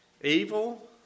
evil